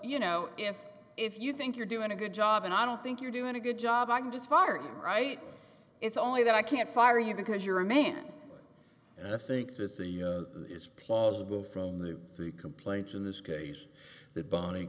you know if if you think you're doing a good job and i don't think you're doing a good job i'm just part right it's only that i can't fire you because you're a man and i think that the it's plausible from the the complaint in this case that bonnie